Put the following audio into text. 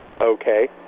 Okay